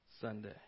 Sunday